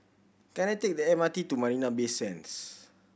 can I take the M R T to Marina Bay Sands